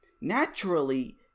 naturally